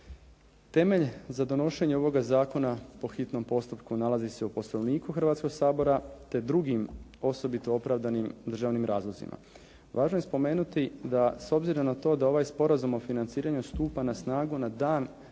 Temelj za donošenje ovoga zakona po hitnom postupku nalazi se u Poslovniku Hrvatskoga sabora te drugim osobito opravdanim državnim razlozima. Važno je spomenuti da s obzirom na to da ovaj Sporazum o financiranju stupa na snagu na dan